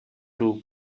two